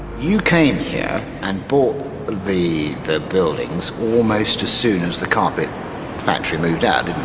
you came here and bought the the buildings almost as soon as the carpet factory moved out, didn't